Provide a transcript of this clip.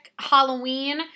Halloween